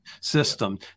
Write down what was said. system